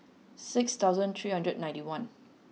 six thousand three hundred ninety one